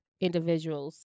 individuals